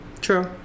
true